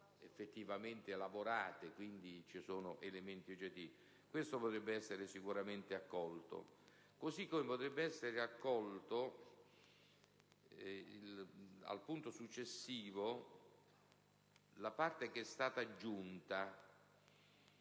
effettivamente lavorate. Quindi, vi sono elementi oggettivi, ma questo punto potrebbe essere sicuramente accolto. Così come potrebbe essere accolto, al punto successivo, la parte che è stata aggiunta